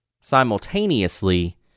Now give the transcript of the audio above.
Simultaneously